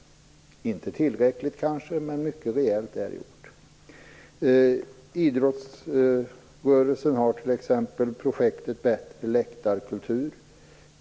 Inte tillräckligt kanske, men mycket rejält är gjort. Idrottsrörelsen har t.ex. projektet Bättre läktarkultur.